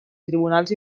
tribunals